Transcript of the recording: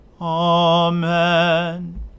Amen